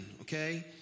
Okay